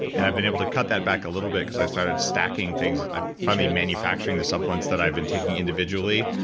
and i've been able to cut that back a little bit, because i've started stacking things. i'm finally manufacturing the supplements that i've been taking individually,